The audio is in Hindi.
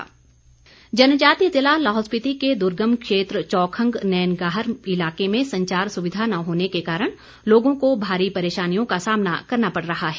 संचार सुविधा जनजातीय ज़िला लाहौल स्पिति के दुर्गम क्षेत्र चौखंग नैनगार इलाके में संचार सुविधा न होने के कारण लोगों को भारी परेशानियों का सामना करना पड़ रहा है